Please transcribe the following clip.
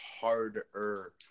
harder